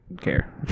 care